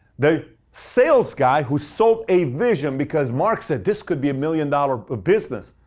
the sales guy, who sold a vision, because mark said, this could be a million dollar ah business.